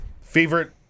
favorite